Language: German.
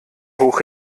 hoch